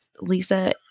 Lisa